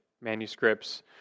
manuscripts